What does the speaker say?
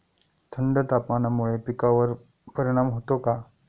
थंड तापमानामुळे पिकांवर परिणाम होतो का?